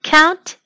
Count